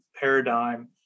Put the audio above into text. paradigm